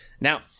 Now